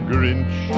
Grinch